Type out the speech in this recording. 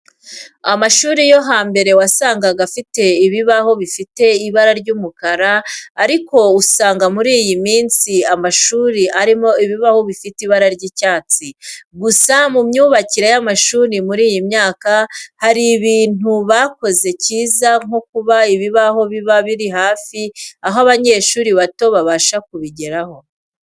Amashuri yo hambere wasangaga afite ibibaho bifite ibara ry'umukara ariko usanga muri iyi minsi amashuri arimo ibibaho bifite ibara ry'icyatsi. Gusa mu myubakire y'amashuri muri iyi myaka, hari ikintu bakoze cyiza nko kuba ibibaho biba biri hafi aho abanyeshuri bato babasha kubigeraho.